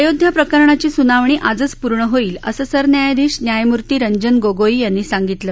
अयोध्या प्रकरणाची सूनावणी आजच पूर्ण होईल असं सरन्यायाधीश न्यायामूर्ती रंजन गोगोई यांनी सांगितलं